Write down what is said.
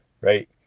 right